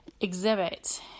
exhibit